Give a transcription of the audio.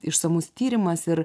išsamus tyrimas ir